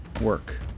work